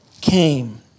came